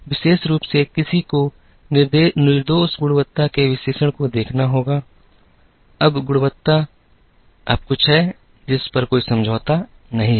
विशेष रूप से किसी को निर्दोष गुणवत्ता के विशेषण को देखना होगा अब गुणवत्ता अब कुछ है जिस पर कोई समझौता नहीं है